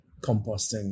Composting